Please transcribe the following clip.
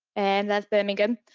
and that's birmingham.